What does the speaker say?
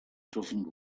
doesn’t